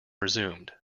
resumed